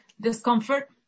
discomfort